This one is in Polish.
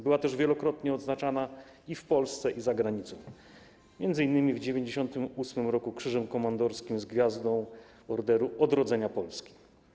Była też wielokrotnie odznaczana i w Polsce, i za granicą, m.in. w 1998 r. Krzyżem Komandorskim z Gwiazdą Orderu Odrodzenia Polski.